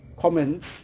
comments